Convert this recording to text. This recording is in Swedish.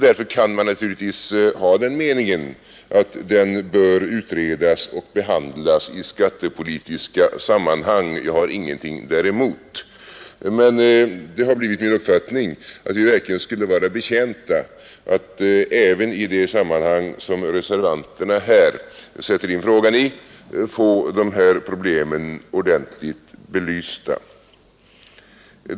Därför kan man naturligtvis ha den meningen att den bör utredas och behandlas i skattepolitiska sammanhang, och jag har ingenting däremot. Men jag har kommit till den uppfattningen att vi verkligen skulle vara betjänta av att även i det sammanhang som reservanterna här sätter in frågan få dessa problem ordentligt belysta.